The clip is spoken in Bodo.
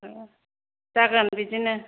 जागोन बिदिनो